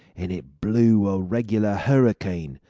and it blew a regular hurricane,